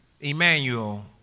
Emmanuel